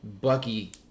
Bucky